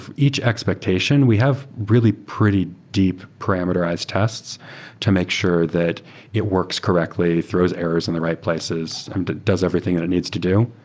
each expectations, we have really pretty deep parameterized tests to make sure that it works correctly, throws errors in the right places and does everything that it needs to do.